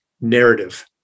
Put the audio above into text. narrative